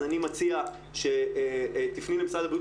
אז אני מציע שתפני למשרד הבריאות,